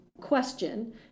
question